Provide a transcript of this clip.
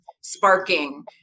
sparking